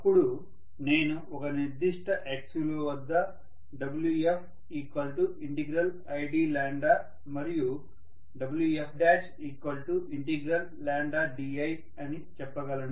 అప్పుడు నేను ఒక నిర్దిష్ట x విలువ వద్ద Wfid మరియు Wfdi అని చెప్పగలను